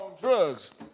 drugs